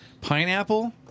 pineapple